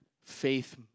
faith